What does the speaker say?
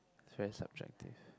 it's very subjective